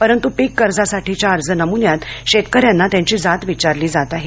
परंतु पीक कर्जासाठीच्या अर्ज नमुन्यात शेतकऱ्यांना त्यांची जात विचारली जात आहे